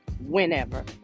whenever